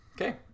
Okay